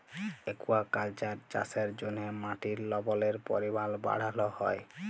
aquaculture চাষের জ্যনহে মাটির লবলের পরিমাল বাড়হাল হ্যয়